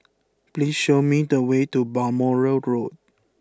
please show me the way to Balmoral Road